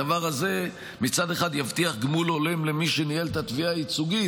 הדבר הזה מצד אחד יבטיח גמול הולם למי שניהל את התביעה הייצוגית,